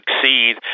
succeed